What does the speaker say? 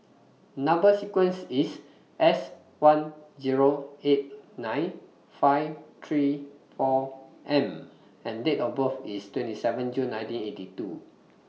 Number sequence IS S one Zero eight nine five three four M and Date of birth IS twenty seven June nineteen eighty two